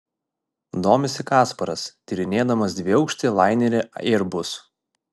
domisi kasparas tyrinėdamas dviaukštį lainerį airbus